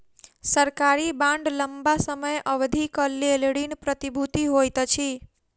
सरकारी बांड लम्बा समय अवधिक लेल ऋण प्रतिभूति होइत अछि